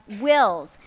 wills